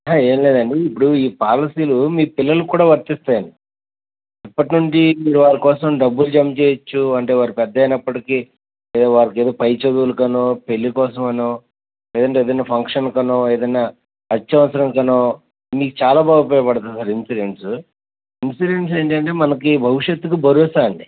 ఏం లేదండి ఇప్పుడు ఈ పాలసీలు మీ పిల్లలకి కూడా వర్తిస్తాయి అండి ఇప్పటినుండి మీరు వాళ్ళకోసం డబ్బులు జమ చేయచ్చు అంటే వారు పెద్దయినప్పటికి వారికేదో పైచదువులకనో పెళ్లికోసమనో లేదంటే ఏదన్నా ఫంక్షన్కనో ఏదన్నా అత్యవసరంకనో మీకు చాలాబాగా ఉపయోకపడుతుంది ఇన్సూరెన్సు ఇంచురెన్స్ ఏంటంటే మనకి భవిష్యట్టుకి భరోసా అండి